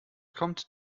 kommt